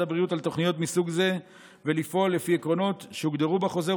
הבריאות על תוכניות מסוג זה ולפעול לפי עקרונות שהוגדרו בחוזר,